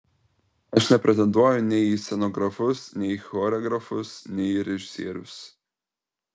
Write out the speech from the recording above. aš nepretenduoju nei į scenografus nei į choreografus nei į režisierius